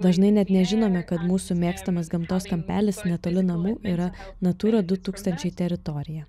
dažnai net nežinome kad mūsų mėgstamas gamtos kampelis netoli namų yra natūra du tūkstančiai teritorija